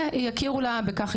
ויכירו לה בכך,